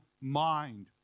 mind